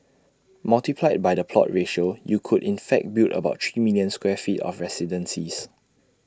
multiplied by the plot ratio you could in fact build about three million square feet of residences